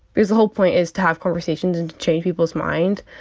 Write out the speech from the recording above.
because the whole point is to have conversations and to change people's mind.